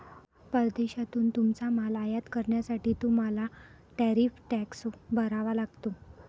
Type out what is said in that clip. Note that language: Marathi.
परदेशातून तुमचा माल आयात करण्यासाठी तुम्हाला टॅरिफ टॅक्स भरावा लागतो